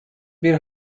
bir